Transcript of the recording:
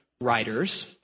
writers